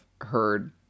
heard